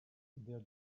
their